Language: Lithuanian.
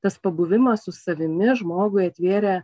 tas pabuvimas su savimi žmogui atvėrė